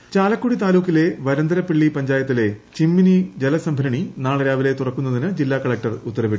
Chimmini dam Chalakudy താലൂക്കിലെ വരന്തരപ്പിളളി പഞ്ചായത്തിലെ ചിമ്മിനി ജലസംഭരണി നാളെ രാവിലെ തുറക്കുന്നതിന് ജില്ലാ കളകൂർ ഉത്തരവിട്ടു